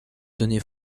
données